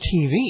TV